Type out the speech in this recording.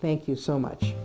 thank you so much